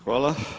Hvala.